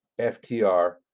ftr